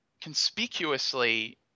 conspicuously